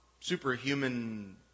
superhuman